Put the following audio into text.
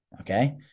okay